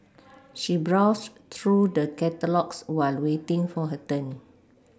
she browsed through the catalogues while waiting for her turn